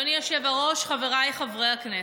אדוני היושב-ראש, חבריי חברי הכנסת,